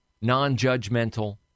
non-judgmental